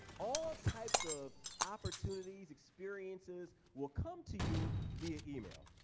all types of opportunities, experiences will come to you via email.